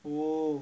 oo